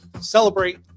Celebrate